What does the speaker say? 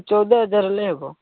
ଚଉଦ ହଜାର ହେଲେ ହେବ